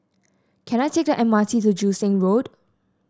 can I take the M R T to Joo Seng Road